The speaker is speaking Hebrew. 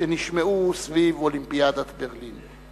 שנשמעו סביב אולימפיאדת ברלין.